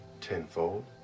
tenfold